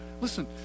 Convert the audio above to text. listen